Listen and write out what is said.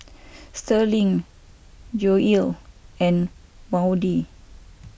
Sterling Joell and Maudie